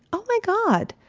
oh, my god,